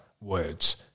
words